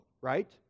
Right